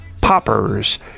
poppers